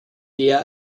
der